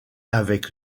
avec